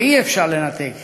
ואי-אפשר לנתק